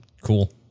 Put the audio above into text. Cool